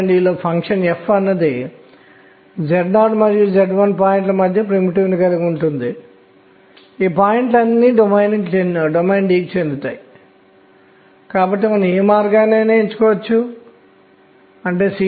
ఉనికిలో ఉన్న ఇతర ప్రయోగ విషయం పీరియాడిక్ టేబుల్ ఆవర్తన పట్టిక మరియు ఒకప్పుడు దీని రసాయన లక్షణాలు పీరియాడిక్ ఆవర్తన పద్ధతిలో మారుతూ ఉండేవి